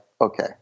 okay